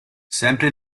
sempre